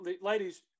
ladies